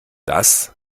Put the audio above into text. das